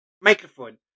microphone